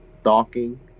stalking